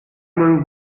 meinung